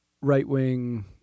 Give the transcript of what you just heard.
right-wing